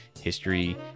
History